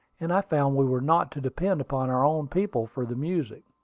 and i found we were not to depend upon our own people for the music.